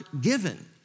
given